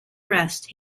rest